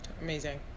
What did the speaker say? Amazing